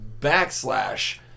backslash